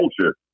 culture